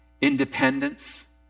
independence